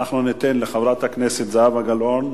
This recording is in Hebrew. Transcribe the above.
ניתן לחברת הכנסת זהבה גלאון,